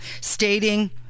stating